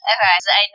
Okay